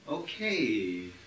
Okay